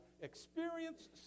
experience